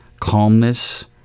Calmness